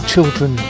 Children